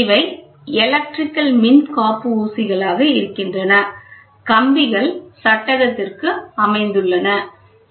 இவை எலக்ட்ரிக்கல் மின்காப்பு ஊசிகளாக இருக்கின்றன கம்பிகள் சட்டகத்திற்கு அமைந்துள்ளன